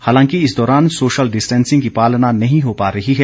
हालांकि इस दौरान सोशल डिस्टेंसिंग की पालना नहीं हो पा रही है